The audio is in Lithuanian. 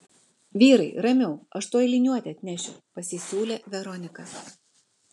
vyrai ramiau aš tuoj liniuotę atnešiu pasisiūlė veronika